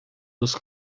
dos